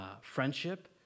friendship